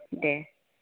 दे